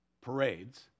parades